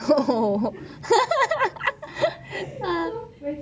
oh ah !huh! !huh!